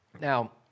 Now